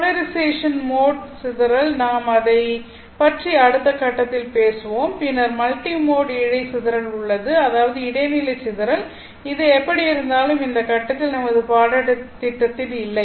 polarisation mode சிதறல் நாம் அதைப் பற்றி அடுத்த கட்டத்தில் பேசுவோம் பின்னர் மல்டிமோட் இழை சிதறல் அதாவது இடைநிலை சிதறல் இது எப்படியிருந்தாலும் இந்த கட்டத்தில் நமது பாடத்திட்டத்தில் இல்லை